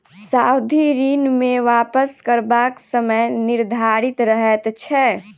सावधि ऋण मे वापस करबाक समय निर्धारित रहैत छै